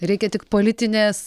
reikia tik politinės